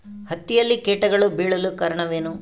ಹತ್ತಿಯಲ್ಲಿ ಕೇಟಗಳು ಬೇಳಲು ಕಾರಣವೇನು?